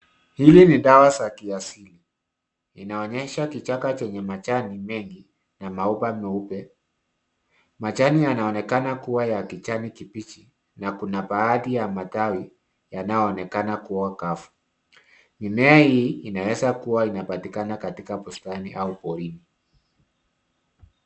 Hili ni dawa za kiasili. Inaonyesha kichaka chenye majani mengi na maua meupe. Majani yanaonekana kuwa ya kijani kibichi na kuna baadhi ya matawi yanayoonekana kuwa kavu. Mimea hii imeweza kuwa inapatikana katika bustani au porini.